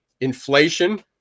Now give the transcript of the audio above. Inflation